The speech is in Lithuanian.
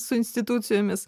su institucijomis